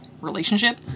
relationship